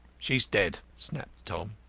she's dead! snapped tom.